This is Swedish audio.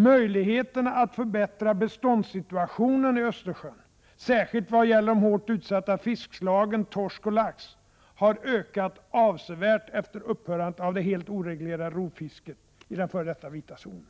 Möjligheterna att förbättra beståndssituationen i Östersjön, särskilt när det gäller de hårt utsatta fiskslagen torsk och lax, har ökat avsevärt efter upphörandet av det helt oreglerade ”rovfisket” i den f.d. ”vita zonen”.